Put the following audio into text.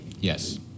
Yes